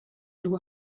blew